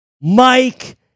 Mike